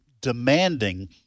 demanding